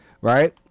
Right